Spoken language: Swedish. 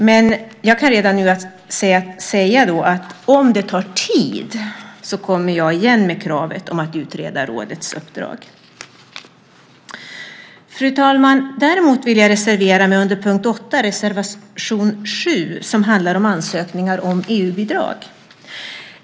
Jag kan dock redan nu säga att om det tar tid så kommer jag igen med kravet om att utreda rådets uppdrag. Fru talman! Däremot vill jag reservera mig under punkt 8, reservation 7, som handlar om ansökningar om EU-bidrag.